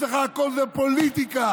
אצלך הכול זה פוליטיקה.